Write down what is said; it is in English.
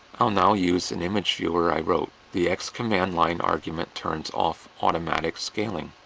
i'll now use an image viewer i wrote. the x command line argument turns off automatic scaling,